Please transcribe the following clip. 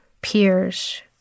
peers